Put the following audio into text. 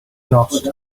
lost